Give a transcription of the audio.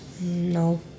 No